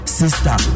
sister